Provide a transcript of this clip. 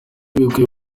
bikubiye